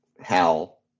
Hal